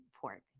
pork